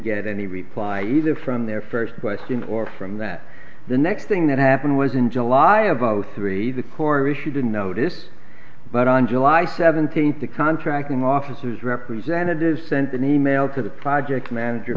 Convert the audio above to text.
get any reply either from their first question or from that the next thing that happened was in july of zero three the core issue didn't notice but on july seventeenth the contracting officers representatives sent an email to the project manager